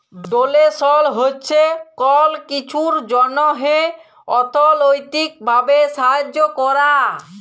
ডোলেসল হছে কল কিছুর জ্যনহে অথ্থলৈতিক ভাবে সাহায্য ক্যরা